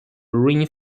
rhein